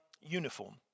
uniform